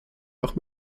auch